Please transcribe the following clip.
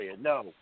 No